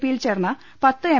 പിയിൽ ചേർന്ന പത്ത് എം